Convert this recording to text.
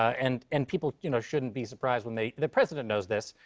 and and people you know shouldn't be surprised when they the president knows this.